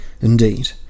Indeed